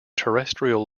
terrestrial